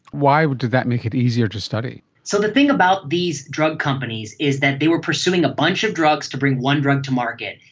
why did that make it easier to study? so the thing about these drug companies is that they were pursuing a bunch of drugs to bring one drug to market.